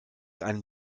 einen